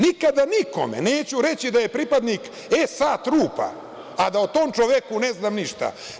Nikada nikome neću reći da je pripadnik SA trupa, a da o tom čoveku ne znam ništa.